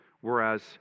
whereas